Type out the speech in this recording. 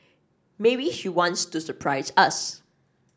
maybe she wants to surprise us